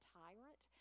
tyrant